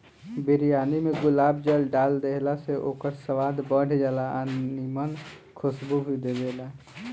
बिरयानी में गुलाब जल डाल देहला से ओकर स्वाद बढ़ जाला आ निमन खुशबू भी देबेला